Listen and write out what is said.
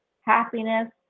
happiness